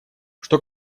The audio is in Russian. что